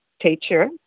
teacher